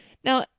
now,